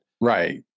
Right